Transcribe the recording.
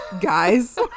Guys